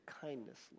kindness